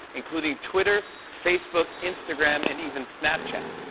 including twitter, facebook, instagram, and even snapchat.